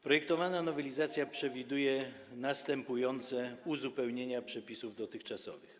Projektowana nowelizacja przewiduje następujące uzupełnienia przepisów dotychczasowych.